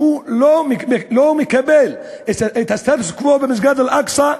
שלא מקבל את הסטטוס-קוו במסגד אל-אקצא,